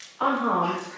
unharmed